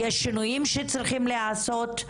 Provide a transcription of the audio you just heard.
שינויים שצריכים להיעשות,